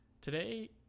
Today